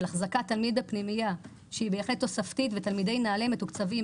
החזקת תלמיד הפנימייה שהיא בהחלט תוספתית ותלמידי נעל"ה מתוקצבים